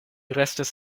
restis